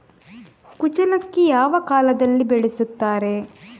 ಕುಚ್ಚಲಕ್ಕಿ ಯಾವ ಕಾಲದಲ್ಲಿ ಬೆಳೆಸುತ್ತಾರೆ?